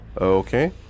okay